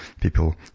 people